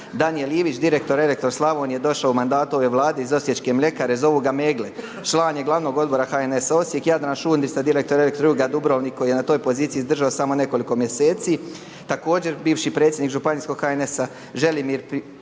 Danijel Ivić, direktor Eletro Slavonije, došao u mandatu ove Vlade iz Osječke mljekare. Zovu ga Megle. Član je Glavnog odbora HNS-a. Osijek Jadran Šundić, direktor …/Govornik se ne razumije./… Dubrovnik koji je na toj poziciji izdržao samo nekoliko mjeseci. Također bivši predsjednik Županijskog HNS-a Želimir Piberčnik